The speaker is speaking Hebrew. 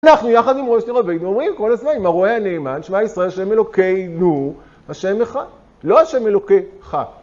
אנחנו, יחד עם ראש דרבנו, אומרים כל הזה, עם הרואה הנאמן, שמע, ישראל, השם אלוקינו, השם אחד, לא השם אלוקיך.